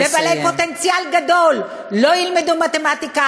ובעלי פוטנציאל גדול לא ילמדו מתמטיקה